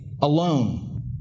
alone